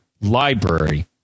library